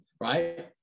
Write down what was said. right